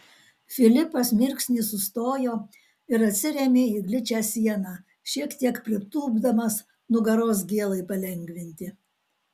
filipas mirksnį sustojo ir atsirėmė į gličią sieną šiek tiek pritūpdamas nugaros gėlai palengvinti